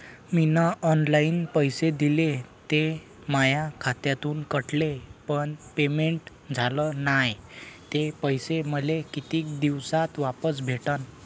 मीन online पैसे दिले, ते माया खात्यातून कटले, पण पेमेंट झाल नायं, ते पैसे मले कितीक दिवसात वापस भेटन?